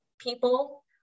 people